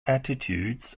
attitudes